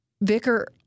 vicar